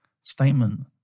statement